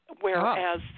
whereas